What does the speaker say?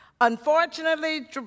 Unfortunately